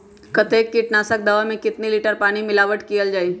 कतेक किटनाशक दवा मे कितनी लिटर पानी मिलावट किअल जाई?